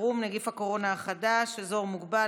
חירום (נגיף הקורונה החדש) (אזור מוגבל),